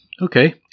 Okay